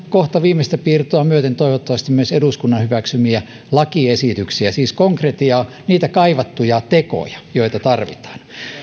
kohta viimeistä piirtoa myöten toivottavasti myös eduskunnan hyväksymiä lakiesityksiä siis konkretiaa niitä kaivattuja tekoja joita tarvitaan